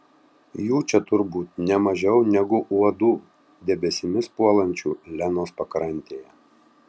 jų čia turbūt ne mažiau negu uodų debesimis puolančių lenos pakrantėje